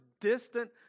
distant